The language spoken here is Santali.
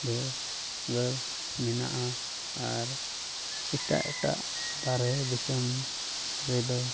ᱚᱸᱰᱮ ᱦᱚᱸ ᱟᱜᱟᱨ ᱢᱮᱱᱟᱜᱼᱟ ᱟᱨ ᱮᱴᱟᱜ ᱮᱴᱟᱜ ᱵᱟᱦᱨᱮ ᱫᱤᱥᱚᱢ ᱨᱮᱫᱚ